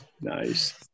nice